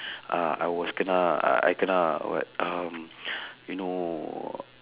uh I was kena I I kena what um you know